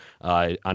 on